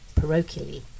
parochially